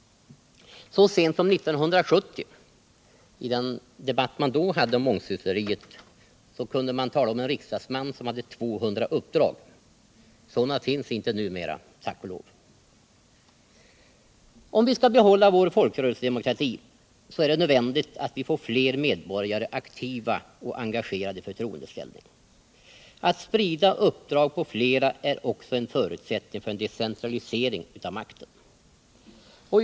Så sent som 1970, i den debatt man då hade om mångsyssleriet, kunde man tala om en riksdagsman med 200 uppdrag. Sådana finns inte numera, tack och lov. Om vi skall behålla vår folkrörelsedemokrati, är det nödvändigt att vi får fler medborgare aktiva och engagerade i förtroendeställning. Att sprida uppdrag på flera är också en förutsättning för en decentralisering av makten.